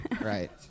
Right